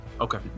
Okay